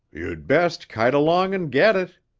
you'd best kite along and get it.